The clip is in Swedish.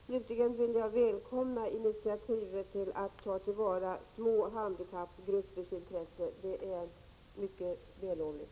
Slutligen välkomnar jag initiativet att ta till vara små handikappgruppers intressen. Det är mycket vällovligt.